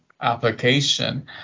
application